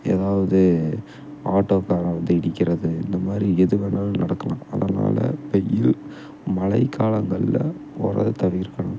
எதாவது ஆட்டோகாரன் வந்து இடிக்கிறது இந்த மாதிரி எது வேணாலும் நடக்கலாம் அதனால் வெயில் மழைக்காலங்கள்ல ஓட்றதை தவிர்க்கணும்